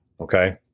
okay